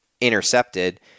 intercepted